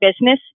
business